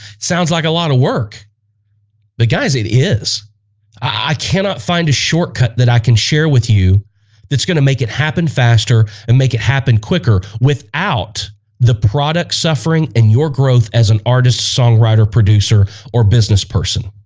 sounds like a lot of work the as it is i cannot find a shortcut that i can share with you that's gonna make it happen faster and make it happen quicker without the product suffering and your growth as an artist songwriter producer or business person